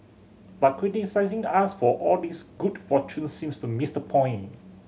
but criticising us for all this good fortune seems to miss the point